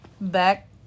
back